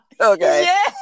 Okay